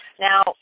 Now